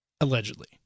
allegedly